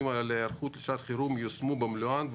על היערכות לשעת חירום ייושמו במלואן,